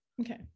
Okay